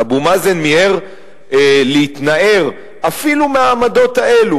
אבו מאזן מיהר להתנער אפילו מהעמדות האלו,